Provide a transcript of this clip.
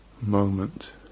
moment